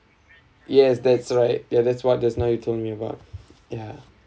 yes that's right ya that's what just now you told me about ya